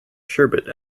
sherbet